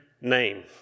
name